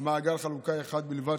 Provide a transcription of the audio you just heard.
מעגל חלוקה אחד בלבד,